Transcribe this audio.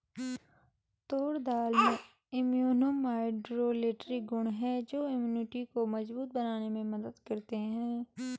तूर दाल में immunomodulatory गुण हैं जो इम्यूनिटी को मजबूत बनाने में मदद करते है